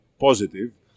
positive